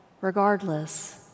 regardless